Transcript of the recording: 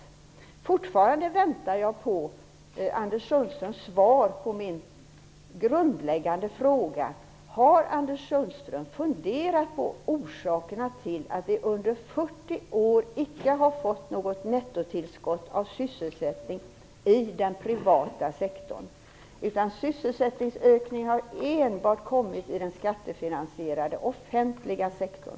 Jag väntar fortfarande på Anders Sundströms svar på min grundläggande fråga. Har Anders Sundström funderat på orsakerna till att vi under 40 år icke har fått något nettotillskott av sysselsättning i den privata sektorn? Sysselsättningsökningen har enbart kommit i den skattefinansierade offentliga sektorn.